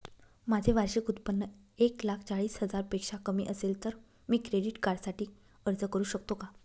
माझे वार्षिक उत्त्पन्न एक लाख चाळीस हजार पेक्षा कमी असेल तर मी क्रेडिट कार्डसाठी अर्ज करु शकतो का?